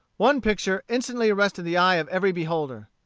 one picture instantly arrested the eye of every beholder.